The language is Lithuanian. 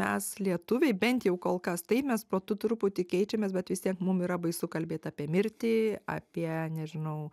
mes lietuviai bent jau kol kas taip mes protu truputį keičiamės bet vis tiek mum yra baisu kalbėt apie mirtį apie nežinau